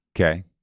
Okay